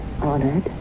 honored